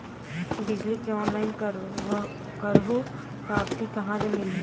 बिजली के ऑनलाइन करहु पावती कहां ले मिलही?